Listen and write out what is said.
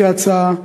לפי ההצעה,